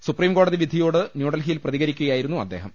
സുപ്രീംകോടതി വിധിയോട് ന്യൂഡൽഹിയിൽ പ്രതികരിക്കുകയായിരുന്നു അദ്ദേഹം